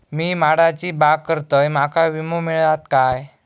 मी माडाची बाग करतंय माका विमो मिळात काय?